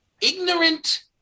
Ignorant